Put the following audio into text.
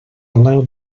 allowed